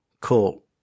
Cool